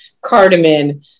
Cardamom